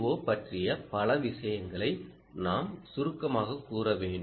ஓ பற்றிய பல விஷயங்களை நாம் சுருக்கமாகக் கூற வேண்டும்